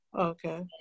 okay